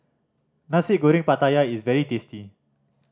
Nasi Goreng Pattaya is very tasty